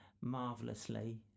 marvellously